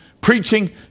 Preaching